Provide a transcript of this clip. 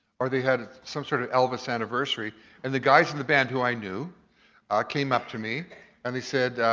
or they had some sort of elvis anniversary and the guys in the band who i knew came up to me and they said,